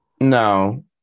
No